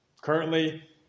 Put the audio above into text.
Currently